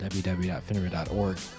www.finra.org